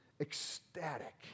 ecstatic